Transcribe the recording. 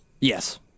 Yes